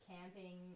camping